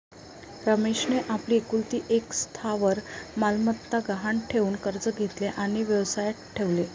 रमेशने आपली एकुलती एक स्थावर मालमत्ता गहाण ठेवून कर्ज घेतले आणि व्यवसायात ठेवले